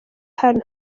hano